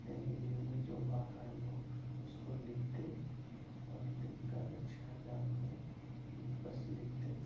اپنے ہی دل میں جو بات آئی ہو اس کو لکھ دے اور لکھ کر اچھے انداز میں بس لکھ دے